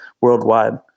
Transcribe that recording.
worldwide